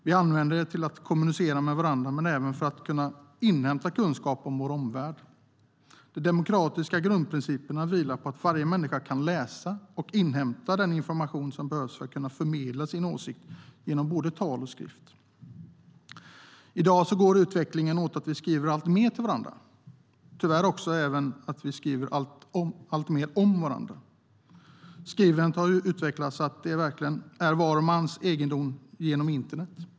Vi använder det till att kommunicera med varandra men även för att inhämta kunskap om vår omvärld. De demokratiska grundprinciperna vilar på att varje människa kan läsa och inhämta den information som behövs för att kunna förmedla sin åsikt genom både tal och skrift. I dag går utvecklingen mot att vi skriver alltmer till varandra och tyvärr även om varandra. Skrivandet har utvecklats så att det verkligen är var mans egendom genom internet.